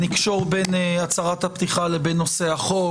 נקשור בין הצהרת הפתיחה לבין נושא החוק.